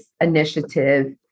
Initiative